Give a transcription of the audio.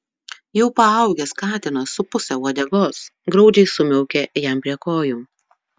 jau paaugęs katinas su puse uodegos graudžiai sumiaukė jam prie kojų